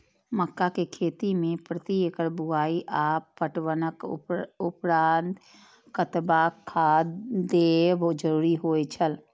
मक्का के खेती में प्रति एकड़ बुआई आ पटवनक उपरांत कतबाक खाद देयब जरुरी होय छल?